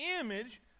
image